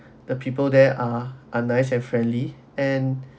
the people there are a nice and friendly and